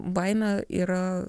baimė yra